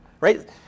right